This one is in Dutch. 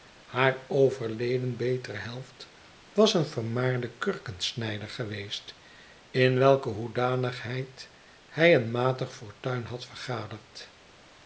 haar overleden betere helft was een vermaarde kurkensnijder geweest in welke hoedanigheid hij een ma tig fortuin had vergaderd